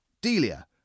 Delia